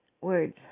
words